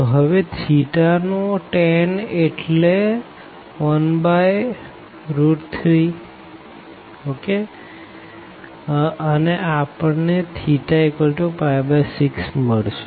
તો હવે θ નો tan એટલે 13અને આપણને 6 મળશે